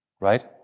Right